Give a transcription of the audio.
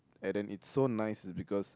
and then it's so nice is because